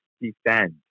defend